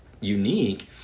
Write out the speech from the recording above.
unique